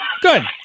Good